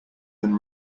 than